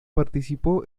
participó